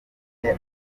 amazi